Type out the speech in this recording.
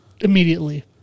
Immediately